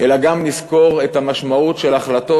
אלא גם נזכור את המשמעות של החלטות,